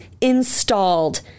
installed